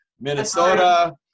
Minnesota